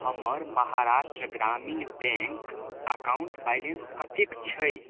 हमर Maharashtra Gramin bank account balance कतेक छै